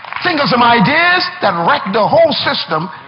think of some ideas that'll wreck the whole system.